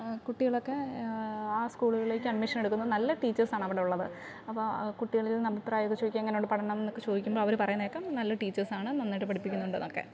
കുട്ടികളൊക്കെ ആ സ്കൂളുകളിലേക്ക് അഡ്മിഷൻ എടുക്കുമ്പം നല്ല ടീച്ചേസ് ആണ് അവിടെ ഉള്ളത് അപ്പം കുട്ടികളിൽ നിന്ന് അഭിപ്രായമൊക്കെ ചോദിക്കും എങ്ങനെയുണ്ട് പഠനം എന്നൊക്കെ ചോദിക്കുമ്പം അവർ പറയുന്നത് കേൾക്കാം നല്ല ടീച്ചേസ് ആണ് നന്നായിട്ട് പഠിപ്പിക്കുന്നുണ്ട് എന്നൊക്കെ